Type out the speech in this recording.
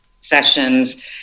sessions